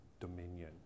Dominion